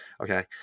okay